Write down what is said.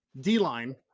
D-line